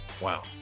Wow